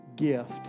Gift